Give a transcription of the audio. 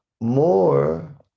more